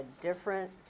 different